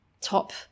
top